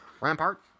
Rampart